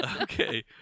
Okay